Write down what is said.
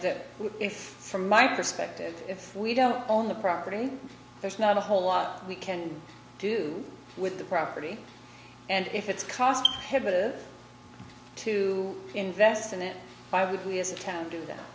that if from my perspective if we don't own the property there's not a whole lot we can do with the property and if it's cost headed to invest in it why would we as a town do that